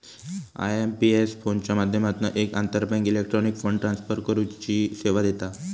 IMPS फोनच्या माध्यमातना एक आंतरबँक इलेक्ट्रॉनिक फंड ट्रांसफर करुची सेवा देता